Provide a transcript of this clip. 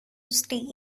stay